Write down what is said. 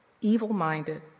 evil-minded